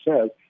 says